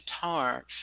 guitar